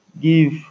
give